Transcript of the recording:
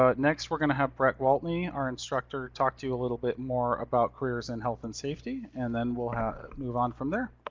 ah next we're gonna have bret gwaltney, our instructor, talk to you a little bit more about careers in health and safety. and then we'll move on from there.